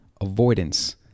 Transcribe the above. Avoidance